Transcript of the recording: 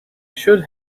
should